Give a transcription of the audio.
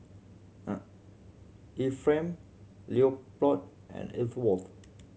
Ephraim Leopold and Elsworth